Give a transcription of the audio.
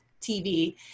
TV